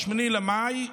ב-8 במאי,